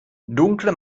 dunkle